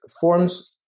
forms